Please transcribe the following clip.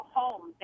home